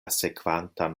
sekvantan